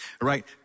Right